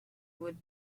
would